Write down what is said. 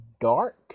dark